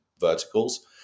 verticals